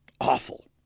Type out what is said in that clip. awful